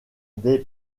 des